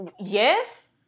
Yes